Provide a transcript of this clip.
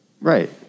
Right